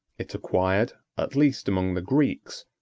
it acquired, at least among the greeks,